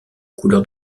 couleur